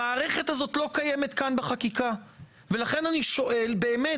המערכת הזאת לא קיימת כאן בחקיקה ולכן אני שואל באמת,